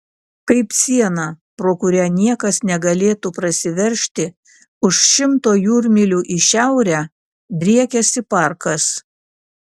kaip siena pro kurią niekas negalėtų prasiveržti už šimto jūrmylių į šiaurę driekiasi parkas